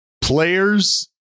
players